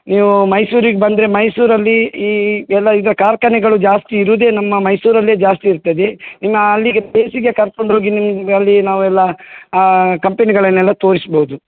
ನೀವೂ ಮೈಸೂರಿಗೆ ಬಂದರೆ ಮೈಸೂರಲ್ಲಿ ಈ ಎಲ್ಲ ಈಗ ಕಾರ್ಖಾನೆಗಳು ಜಾಸ್ತಿ ಇರೋದೇ ನಮ್ಮ ಮೈಸೂರಲ್ಲೇ ಜಾಸ್ತಿ ಇರ್ತದೆ ಇನ್ನು ಅಲ್ಲಿಗೆ ಫ್ರೆಂಡ್ಸಿಗೆ ಕರ್ಕೊಂಡು ಹೋಗಿ ನಿಮ್ಗೆ ಅಲ್ಲಿ ನಾವೆಲ್ಲ ಕಂಪಿನಿಗಳನ್ನೆಲ್ಲ ತೋರಿಸಬೋದು